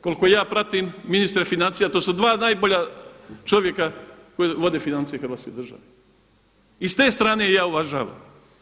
Koliko ja pratim ministre financija to su dva najbolja čovjeka koji vode financije Hrvatske države i s te strane ih ja uvažavam.